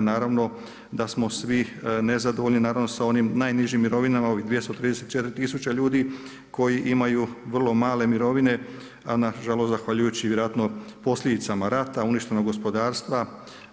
Naravno da smo svi nezadovoljni, naravno sa onim najnižim mirovinama ovih 234000 ljudi, koji imaju vrlo male mirovine, a nažalost zahvaljujući vjerojatno posljedicama rata, uništenog gospodarstva,